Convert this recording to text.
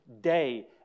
day